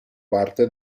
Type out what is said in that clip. parte